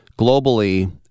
globally